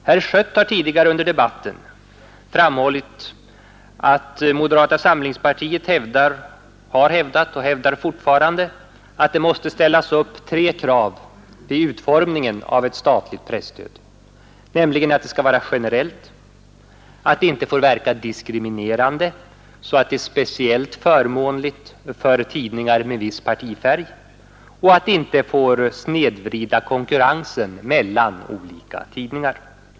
Herr Schött har tidigare under debatten framhållit att moderata samlingspartiet har hävdat och hävdar fortfarande, att det måste ställas upp åtminstone tre krav vid utformningen av ett statligt presstöd: det skall vara generellt, får inte verka diskriminerande så att det är speciellt förmånligt för tidningar med viss partifärg och det får inte snedvrida konkurrensen mellan olika tidningar.